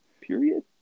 Period